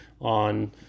on